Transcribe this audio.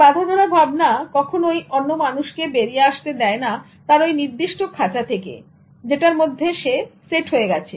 বাঁধাধরা ভাবনা কখনোই অন্য মানুষকে বেরিয়ে আসতে দেয় না তার ওই নির্দিষ্ট খাঁচা থেকে যেটার মধ্যে সে সেট হয়ে গেছে